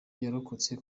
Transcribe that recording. yarokotse